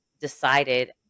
decided